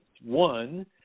One